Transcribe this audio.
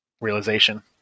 realization